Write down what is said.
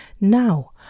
Now